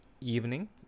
evening